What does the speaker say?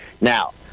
Now